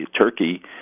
Turkey